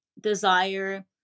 desire